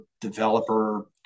developer